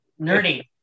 Nerdy